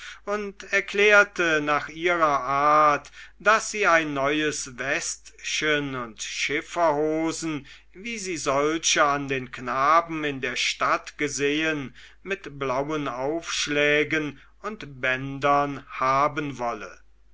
und erklärte nach ihrer art daß sie ein neues westchen und schifferhosen wie sie solche an den knaben in der stadt gesehen mit blauen aufschlägen und bändern haben wolle